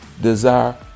desire